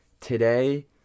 today